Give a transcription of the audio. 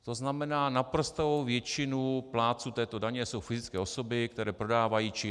To znamená, naprostou většinou plátců této daně jsou fyzické osoby, které prodávají či nakupují.